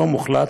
לא מוחלט,